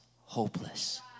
hopeless